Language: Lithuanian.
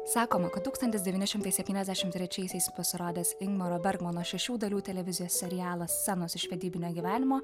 sakoma kad tūkstantis devyni šimtai septyniasdešim trečiaisiais pasirodęs ingmaro bergmano šešių dalių televizijos serialas scenos iš vedybinio gyvenimo